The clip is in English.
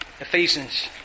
Ephesians